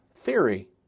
theory